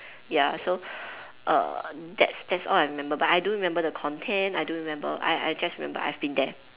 ya so err that's that's all I remember but I don't remember the content I don't remember I I just remember I've been there